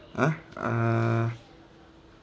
!huh! uh